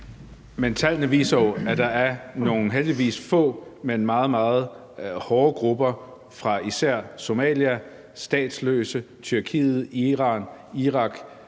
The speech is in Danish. Men tallene viser jo, at der er nogle, heldigvis, få, men meget, meget hårde grupper af statsløse fra især Somalia, Tyrkiet, Iran, Irak